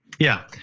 yeah.